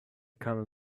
camel